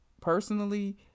personally